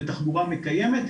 בתחבורה מקיימת.